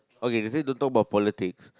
okay they say don't talk about politics